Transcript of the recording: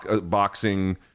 boxing